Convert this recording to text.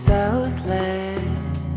Southland